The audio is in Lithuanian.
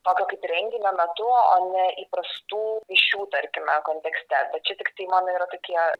tokio kaip renginio metu o ne įprastų iš jų tarkime kontekste bet čia tiktai mano yra tokie